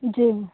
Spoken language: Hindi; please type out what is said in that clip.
जी